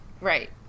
Right